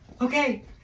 Okay